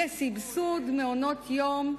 לסבסוד מעונות-יום,